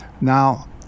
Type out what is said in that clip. Now